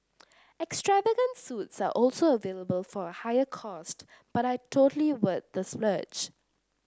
extravagant suites are also available for a higher cost but I totally worth the splurge